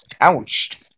Ouch